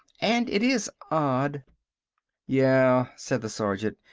and it is odd yeah, said the sergeant.